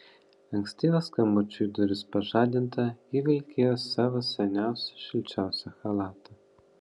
ankstyvo skambučio į duris pažadinta ji vilkėjo savo seniausią šilčiausią chalatą